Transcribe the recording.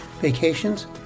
vacations